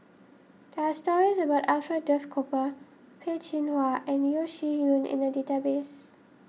there are stories about Alfred Duff Cooper Peh Chin Hua and Yeo Shih Yun in the database